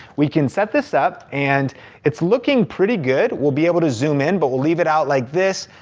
we can set this up and it's looking pretty good. we'll be able to zoom in but we'll leave it out like this.